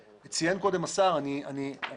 אני אומר